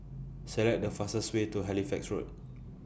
Select The fastest Way to Halifax Road